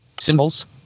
symbols